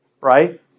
right